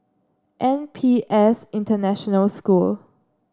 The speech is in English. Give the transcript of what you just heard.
N P S International School